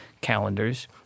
calendars